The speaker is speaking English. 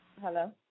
Hello